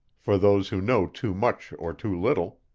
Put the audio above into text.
for those who know too much or too little.